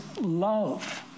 love